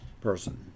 person